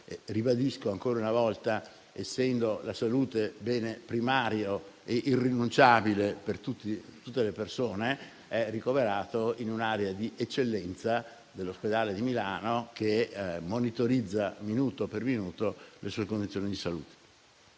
ribadisco ancora una volta che, essendo la salute bene primario e irrinunciabile per tutte le persone, è ricoverato in un'area di eccellenza dell'ospedale di Milano, che monitorizza minuto per minuto le sue condizioni di salute.